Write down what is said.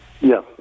Yes